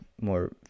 more